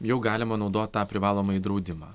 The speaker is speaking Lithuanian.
jau galima naudot tą privalomąjį draudimą